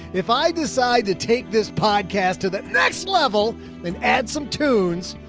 if i decide to take this podcast to the next level and add some tunes,